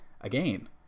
Again